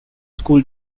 school